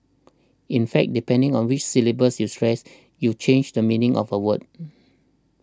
in fact depending on which syllables you stress you change the meaning of a word